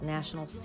National